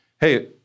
hey